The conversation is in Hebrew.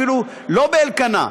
אפילו לא באלקנה,